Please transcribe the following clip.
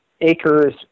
acres